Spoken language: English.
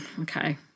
okay